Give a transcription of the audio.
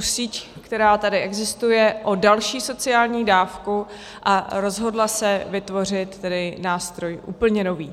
síť, která tady existuje, o další sociální dávku, a rozhodla se vytvořit nástroj úplně nový.